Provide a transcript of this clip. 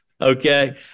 okay